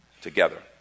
together